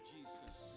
Jesus